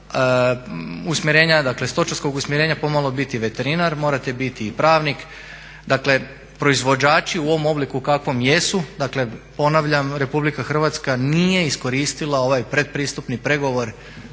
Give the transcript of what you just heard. dakle stočarskog usmjerenja pomalo biti veterinar, morate biti i pravnik. Dakle, proizvođači u ovom obliku kakvom jesu. Dakle, ponavljam RH nije iskoristila ovaj pretpristupni pregovor